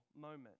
moment